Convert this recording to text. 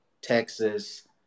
Texas